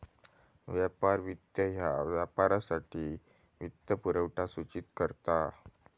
व्यापार वित्त ह्या व्यापारासाठी वित्तपुरवठा सूचित करता